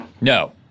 No